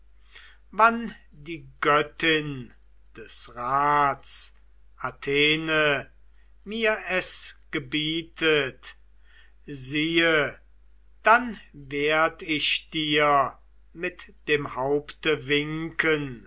wann die göttin des rats athene mir es gebietet siehe dann werd ich dir mit dem haupte winken